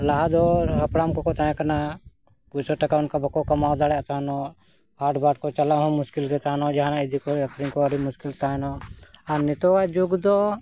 ᱞᱟᱦᱟ ᱫᱚ ᱦᱟᱯᱲᱟᱢ ᱠᱚᱠᱚ ᱛᱟᱦᱮᱸ ᱠᱟᱱᱟ ᱯᱚᱭᱥᱟ ᱴᱟᱠᱟ ᱚᱱᱠᱟ ᱵᱟᱠᱚ ᱠᱟᱢᱟᱣ ᱫᱟᱲᱮᱭᱟᱜ ᱛᱟᱦᱮᱱᱚᱜ ᱦᱟᱴ ᱵᱟᱴ ᱠᱚ ᱪᱟᱞᱟᱜ ᱦᱚᱸ ᱢᱩᱥᱠᱤᱞ ᱜᱮ ᱛᱟᱦᱮᱱᱚᱜ ᱡᱟᱦᱟᱱᱟᱜ ᱤᱫᱤ ᱠᱚ ᱟᱹᱠᱷᱨᱤᱧ ᱠᱚ ᱟᱹᱰᱤ ᱢᱩᱥᱠᱤᱞ ᱛᱟᱦᱮᱱᱚᱜᱼᱟ ᱟᱨ ᱱᱤᱛᱚᱜ ᱟᱜ ᱡᱩᱜᱽ ᱫᱚ